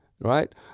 right